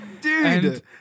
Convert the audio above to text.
dude